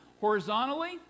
Horizontally